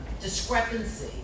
discrepancy